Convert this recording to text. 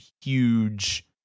huge